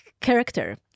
character